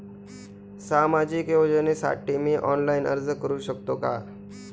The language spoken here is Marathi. सामाजिक योजनेसाठी मी ऑनलाइन अर्ज करू शकतो का?